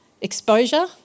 Exposure